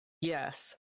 Yes